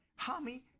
Hami